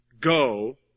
go